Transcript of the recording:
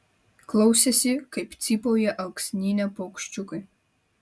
klausėsi kaip cypauja alksnyne paukščiukai